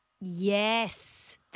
Yes